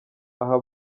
aha